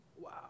Wow